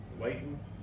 waiting